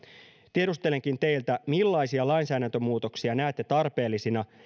tiedustelenkin teiltä millaisia lainsäädäntömuutoksia näette tarpeellisina